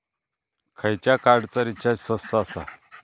खयच्या कार्डचा रिचार्ज स्वस्त आसा?